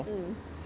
mm